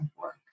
work